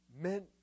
meant